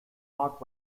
not